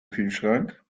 kühlschrank